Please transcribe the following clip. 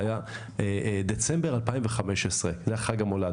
זה היה דצמבר 2015, זה היה חג המולד.